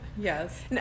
Yes